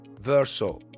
Verso